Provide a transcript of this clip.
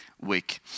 week